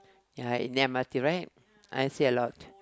ya in the M_R_T right I see a lot